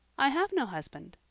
i have no husband.